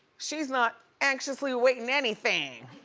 she's not anxiously awaitin' anything.